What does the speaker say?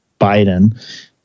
Biden